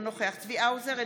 אינו נוכח צבי האוזר,